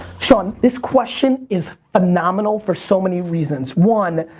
sean, this question is phenomenal for so many reasons. one